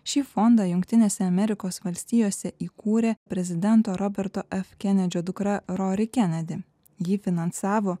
šį fondą jungtinėse amerikos valstijose įkūrė prezidento roberto f kenedžio dukra rori kennedy jį finansavo